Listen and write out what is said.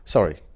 Sorry